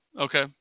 Okay